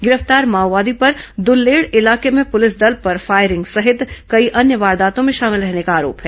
गिरफ्तार माओवादी पर दुल्लेड़ इलाके में पुलिस दल पर फायरिंग सहित कई अन्य वारदातों में शामिल रहने का आरोप है